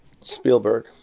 Spielberg